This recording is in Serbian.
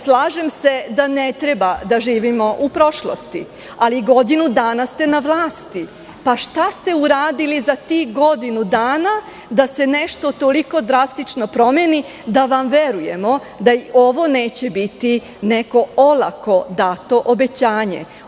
Slažem se da ne treba da živimo u prošlosti, ali godinu dana ste na vlasti. šta ste uradili za tih godinu dana da se nešto toliko drastično promeni da vam verujemo da i ovo neće biti neko olako dato obećanje?